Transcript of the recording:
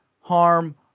harm